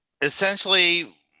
Essentially